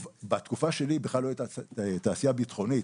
בתקופה שלי בכלל לא הייתה תעשייה ביטחונית.